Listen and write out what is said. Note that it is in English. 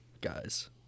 guys